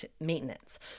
maintenance